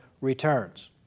returns